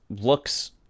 looks